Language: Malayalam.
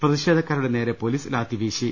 പ്രതി ഷേധക്കാരുടെ നേരെ പൊലീസ് ലാത്തി വീശി